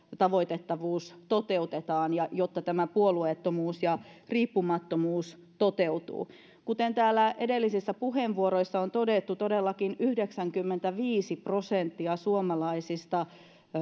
tavoitettavuus toteutetaan jotta tämä puolueettomuus ja riippumattomuus toteutuu kuten täällä edellisissä puheenvuoroissa on todettu todellakin yhdeksänkymmentäviisi prosenttia suomalaisista